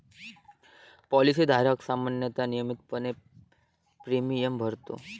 policy धारक सामान्यतः नियमितपणे प्रीमियम भरतो